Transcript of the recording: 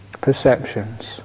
perceptions